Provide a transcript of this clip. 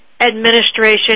Administration